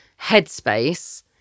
headspace